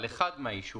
על אחד מהאישורים,